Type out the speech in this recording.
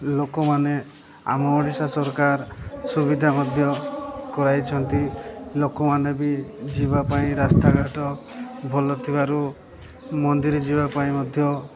ଲୋକମାନେ ଆମ ଓଡ଼ିଶା ସରକାର ସୁବିଧା ମଧ୍ୟ କରାଇଛନ୍ତି ଲୋକମାନେ ବି ଯିବା ପାଇଁ ରାସ୍ତାଘାଟ ଭଲ ନଥିବାରୁ ମନ୍ଦିର ଯିବା ପାଇଁ ମଧ୍ୟ